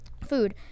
food